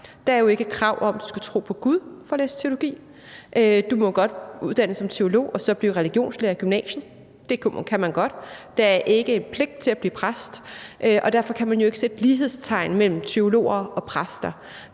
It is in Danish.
Der er jo ikke et krav om, at du skal tro på Gud for at læse teologi. Du må godt uddanne dig som teolog og så blive religionslærer i gymnasiet. Det kan man godt. Der er ikke pligt til at blive præst, og derfor kan man jo ikke sætte lighedstegn mellem teologer og præster.